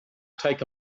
take